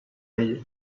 ella